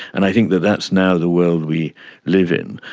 and i think that that's now the world we live in,